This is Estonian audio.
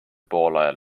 poolajal